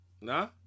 No